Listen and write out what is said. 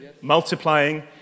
multiplying